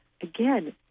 Again